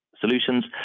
Solutions